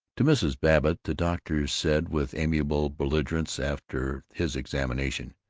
to mrs. babbitt the doctor said with amiable belligerence, after his examination,